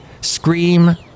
Scream